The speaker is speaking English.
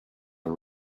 are